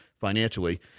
financially